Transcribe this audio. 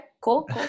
cool